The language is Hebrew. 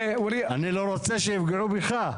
אני לא רוצה שיפגעו בך.